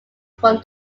from